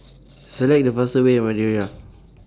Select The fastest Way